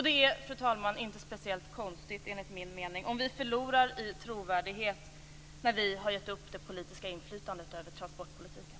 Det är, fru talman, enligt min mening inte speciellt konstigt om vi förlorar i trovärdighet när vi har gett upp det politiska inflytandet över transportpolitiken.